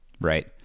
Right